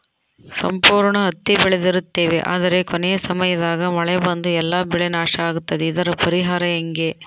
ಸಂಪೂರ್ಣ ಹತ್ತಿ ಬೆಳೆದಿರುತ್ತೇವೆ ಆದರೆ ಕೊನೆಯ ಸಮಯದಾಗ ಮಳೆ ಬಂದು ಎಲ್ಲಾ ಬೆಳೆ ನಾಶ ಆಗುತ್ತದೆ ಇದರ ಪರಿಹಾರ ಹೆಂಗೆ?